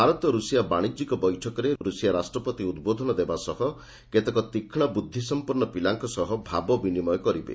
Bharat Russia ବାଶିଜ୍ୟିକ ବୈଠକରେ ରାଷ୍ଟ୍ରପତି ପୁତିନ୍ ଉଦ୍ବୋଧନ ଦେବା ସହ କେତେକ ତୀକ୍ଷ୍ଣ ବୁଦ୍ଧିସଂପନ୍ନ ପିଲାଙ୍କ ସହ ଭାବ ବିନିମୟ କରିବେ